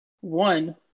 One